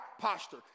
posture